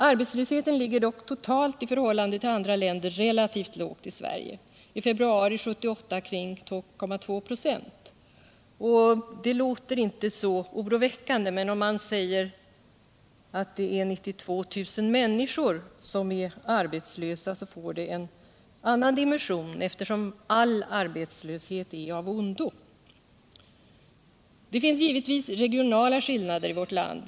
Arbetslösheten ligger dock totalt i förhållande till andra länder relativt lågt i Sverige — i februari 1978 kring 2,2 96. Det låter inte så oroväckande, men om man säger att det är 92 000 människor som är arbetslösa får det en annan dimension, eftersom all arbetslöshet är av ondo. Det finns givetvis regionala skillnader i vårt land.